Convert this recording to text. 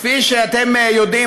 כפי שאתם יודעים,